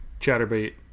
chatterbait